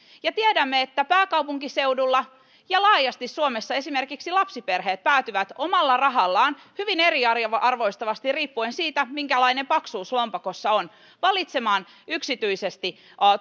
ja tiedämme että pääkaupunkiseudulla ja laajasti suomessa esimerkiksi lapsiperheet päätyvät omalla rahallaan hyvin eriarvoistavasti riippuen siitä minkälainen paksuus lompakossa on valitsemaan yksityisesti